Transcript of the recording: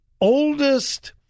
oldest